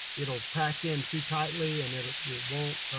it'll pack in too tightly and it won't